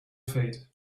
fate